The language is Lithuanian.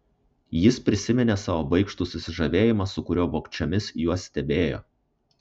jis prisiminė savo baikštų susižavėjimą su kuriuo vogčiomis juos stebėjo